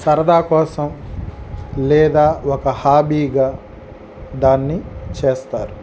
సరదా కోసం లేదా ఒక హాబీగా దాన్ని చేస్తారు